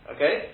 Okay